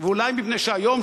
ואולי מפני שהיום,